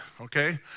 okay